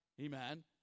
Amen